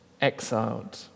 exiled